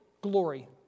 glory